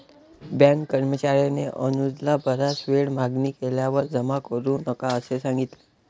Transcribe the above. bank कर्मचार्याने अनुजला बराच वेळ मागणी केल्यावर जमा करू नका असे सांगितले